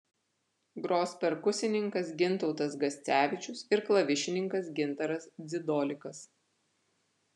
gros perkusininkas gintautas gascevičius ir klavišininkas gintaras dzidolikas